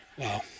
Wow